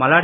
Malladi